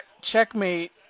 Checkmate